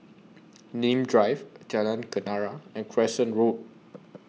Nim Drive Jalan Kenarah and Crescent Road